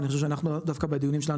אני חושב שאנחנו דווקא בדיונים שלנו